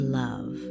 love